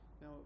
Now